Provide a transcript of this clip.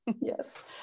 yes